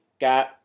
got